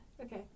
Okay